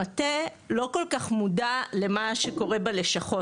המטה לא כל כך מודע למה שקורה בלשכות.